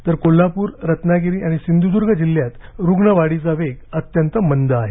तर कोल्हापूर रत्नागिरी आणि सिंधुद्ग जिल्ह्यात रुग्ण वाढीचा वेग अत्यंत मंद आहे